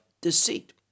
deceit